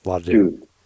dude